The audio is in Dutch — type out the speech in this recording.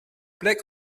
plek